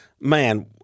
Man